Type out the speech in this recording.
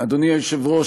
אדוני היושב-ראש,